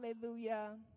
Hallelujah